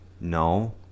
no